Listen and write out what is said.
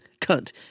Cunt